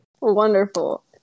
Wonderful